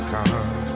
Come